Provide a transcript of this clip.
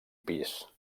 pis